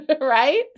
right